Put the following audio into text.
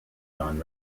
non